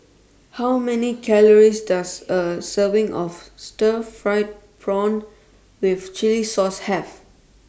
How Many Calories Does A Serving of Stir Fried Prawn with Chili Sauce Have